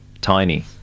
tiny